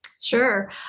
Sure